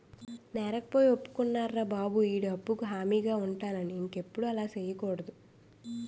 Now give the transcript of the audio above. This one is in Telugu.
నేరకపోయి ఒప్పుకున్నారా బాబు ఈడి అప్పుకు హామీగా ఉంటానని ఇంకెప్పుడు అలా సెయ్యకూడదు